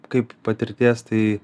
kaip patirties tai